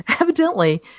Evidently